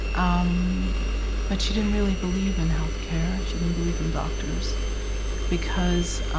um but she didn't really believe in healthcare. she didn't believe in doctors because